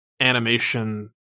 animation